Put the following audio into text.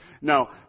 Now